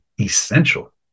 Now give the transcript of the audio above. essential